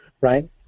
right